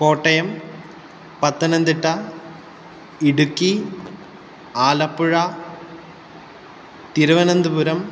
Kottayam Pathanamthitta Idukki Alappuzha Thiruvananthapuram